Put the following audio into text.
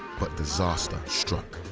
but disaster struck.